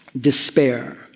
despair